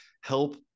help